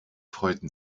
freuten